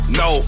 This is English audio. no